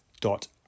dot